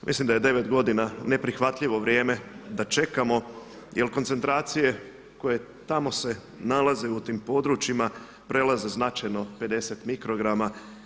Mislim da je 9 godina neprihvatljivo vrijeme da čekamo, jer koncentracije koje tamo se nalaze u tim područjima prelaze značajno 50 mikrograma.